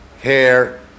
hair